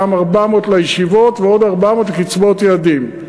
גם 400 לישיבות ועוד 400 לקצבאות ילדים.